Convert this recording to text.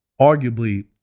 arguably